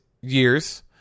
years